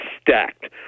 stacked